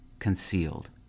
concealed